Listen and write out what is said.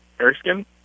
Erskine